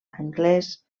anglés